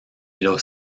los